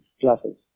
classes